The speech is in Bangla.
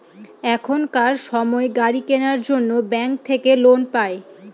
এখনকার সময় গাড়ি কেনার জন্য ব্যাঙ্ক থাকে লোন পাই